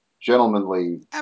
gentlemanly